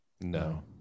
no